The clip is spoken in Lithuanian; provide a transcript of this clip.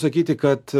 sakyti kad